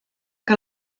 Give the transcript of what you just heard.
que